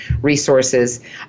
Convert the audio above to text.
resources